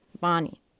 Bonnie